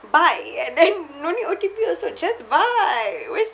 buy and then no need O_T_P also just buy always